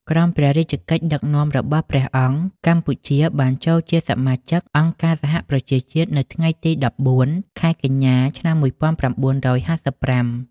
ក្រោមព្រះរាជកិច្ចដឹកនាំរបស់ព្រះអង្គ កម្ពុជាបានចូលជាសមាជិកអង្គការសហប្រជាជាតិនៅថ្ងៃទី១៤ ខែកញ្ញា ឆ្នាំ១៩៥៥។